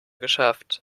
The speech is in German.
geschafft